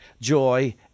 joy